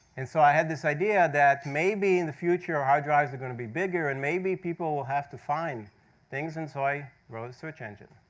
and so i had this idea that maybe, in the future, hard drives are going to be bigger and maybe people will have to find things. and so i wrote a search engine.